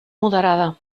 moderada